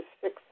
six